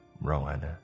Rowan